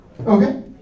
Okay